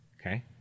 Okay